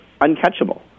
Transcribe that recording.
uncatchable